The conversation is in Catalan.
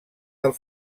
del